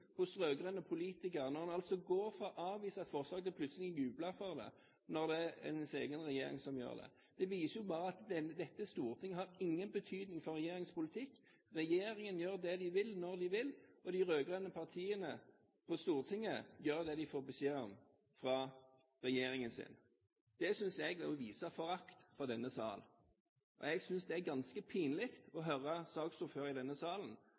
hos de rød-grønne politikerne når de går fra å avvise et forslag til plutselig å juble for det, fordi deres egen regjering gjør det? Det viser bare at dette storting har ingen betydning for regjeringens politikk. Regjeringen gjør det den vil, når den vil, og de rød-grønne partiene på Stortinget gjør det de får beskjed om fra regjeringen sin. Det synes jeg er å vise forakt for denne sal. Jeg synes det er ganske pinlig å høre saksordføreren i denne salen